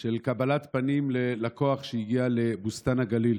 של קבלת פנים ללקוח שהגיע לבוסתן הגליל